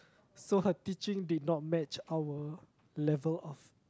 so her teaching did not match our level of